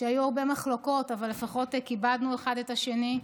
שהיו הרבה מחלוקות אבל לפחות כיבדנו אחד את השני.